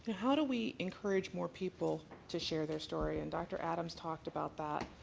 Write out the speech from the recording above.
how do we encourage more people to share their story? and dr. adams talked about that.